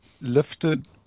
lifted